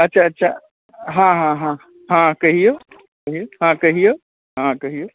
अच्छा अच्छा हँ हँ हँ कहिऔ हँ कहिऔ हँ कहिऔ